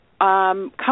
come